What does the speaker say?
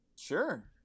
Sure